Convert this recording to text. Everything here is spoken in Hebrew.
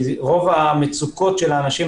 אל מול המצוקות של האנשים.